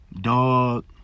dog